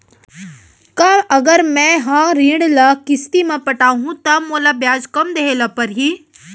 का अगर मैं हा ऋण ल किस्ती म पटाहूँ त मोला ब्याज कम देहे ल परही?